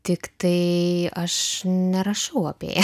tik tai aš nerašau apie ją